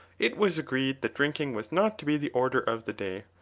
it was agreed that drinking was not to be the order of the day,